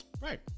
Right